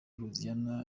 hoziyana